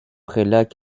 prélats